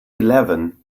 eleven